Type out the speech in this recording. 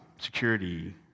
security